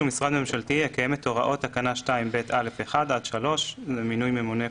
משרד ממשלתי יקיים את הוראות תקנה 2ב(א)(1) עד (3) .